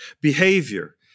behavior